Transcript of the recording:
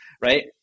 Right